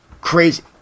crazy